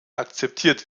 akzeptiert